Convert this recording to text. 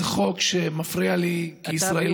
זה חוק שמפריע לי כישראלי,